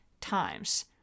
times